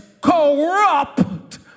corrupt